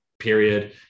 period